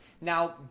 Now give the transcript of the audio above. Now